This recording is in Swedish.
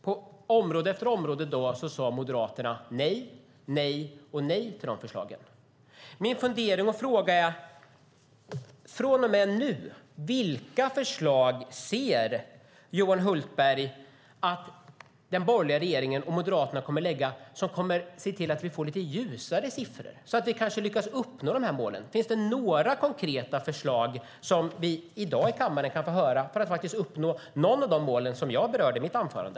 Men på område efter område sade Moderaterna nej, nej och nej till de förslagen. Min fundering och fråga är: Från och med nu, vilka förslag ser Johan Hultberg att den borgerliga regeringen och Moderaterna kommer att lägga som kommer att se till att vi får lite ljusare siffror, så att vi kanske lyckas uppnå de här målen? Finns det några konkreta förslag som vi kan få höra i kammaren i dag för att uppnå något av de mål som jag berörde i mitt anförande?